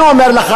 אני אומר לך,